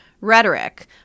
rhetoric